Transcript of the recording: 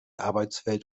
arbeitswelt